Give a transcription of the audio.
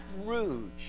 Rouge